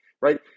Right